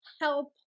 help